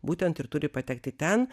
būtent ir turi patekti ten